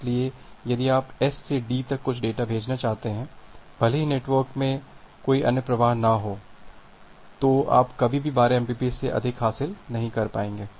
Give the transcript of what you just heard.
इसलिए यदि आप S से D तक कुछ डेटा भेजना चाहते हैं भले ही नेटवर्क में कोई अन्य प्रवाह न हो तो आप कभी भी 12 mbps से अधिक हासिल नहीं कर पाएंगे